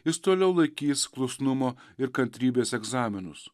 jis toliau laikys klusnumo ir kantrybės egzaminus